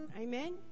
Amen